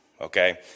Okay